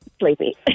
sleepy